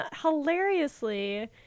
hilariously